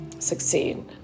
succeed